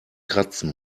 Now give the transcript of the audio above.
kratzen